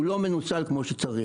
הוא לא מנוצל כמו שצריך.